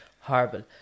Horrible